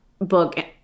book